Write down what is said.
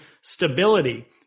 stability